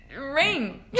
ring